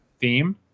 theme